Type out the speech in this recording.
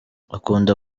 akunda